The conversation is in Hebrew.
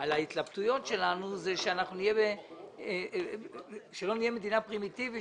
על ההתלבטויות שלנו זה שלא נהיה מדינה פרימיטיבית